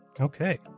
Okay